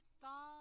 saw